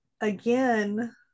again